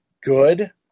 good